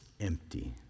empty